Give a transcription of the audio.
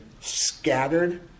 scattered